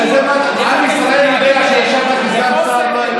כל עם ישראל יראה מה היחס שלכם לחלשים,